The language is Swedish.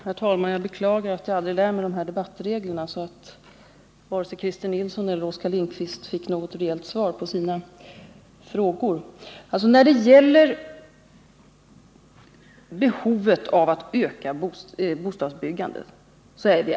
Herr talman! Jag beklagar att jag aldrig lär mig de här debattreglerna — nu fick varken Christer Nilsson eller Oskar Lindkvist något rejält svar på sina frågor. Vi är alla överens om behovet av att öka bostadsbyggandet.